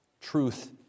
truth